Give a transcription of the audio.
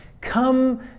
come